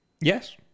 Yes